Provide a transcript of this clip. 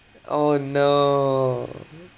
oh no